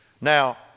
Now